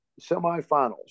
semifinals